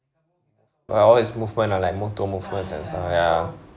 but all his movement ah like motor movements and stuff ya